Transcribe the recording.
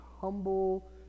humble